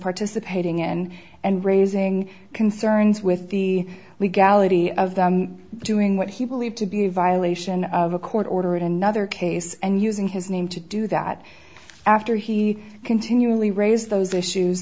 participating in and raising concerns with the legality of doing what he believed to be a violation of a court order in another case and using his name to do that after he continually raise those issues